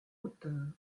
hauteur